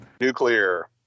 Nuclear